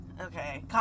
Okay